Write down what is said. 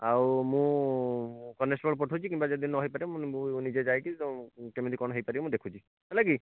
ଆଉ ମୁଁ କନଷ୍ଟେବଳ ପଠାଉଛି କିମ୍ବା ଯଦି ନ ହୋଇପାରିବ ମୁଁ ନିଜେ ଯାଇକି ତ କେମିତି କ'ଣ ହୋଇପାରିବ ମୁଁ ଦେଖୁଛି ହେଲା କି